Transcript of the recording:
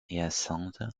hyacinthe